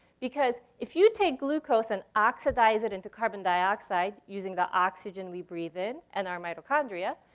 because if you take glucose and oxidize it into carbon dioxide using the oxygen we breathe in and our mitochondria,